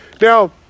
Now